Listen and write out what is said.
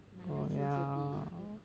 my lessons will be